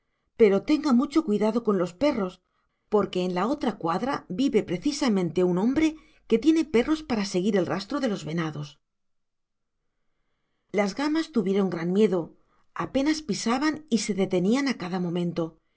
pero tenga mucho cuidado con los perros porque en la otra cuadra vive precisamente un hombre que tiene perros para seguir el rastro de los venados las gamas tuvieron gran miedo apenas pisaban y se detenían a cada momento